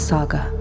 Saga